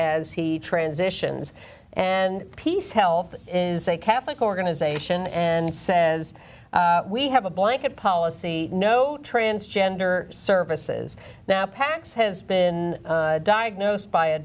as he transitions and peace health is a catholic organization and says we have a blanket policy no transgender services now pax has been diagnosed by a